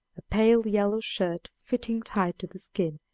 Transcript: a pale yellow shirt fitting tight to the skin,